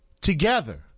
together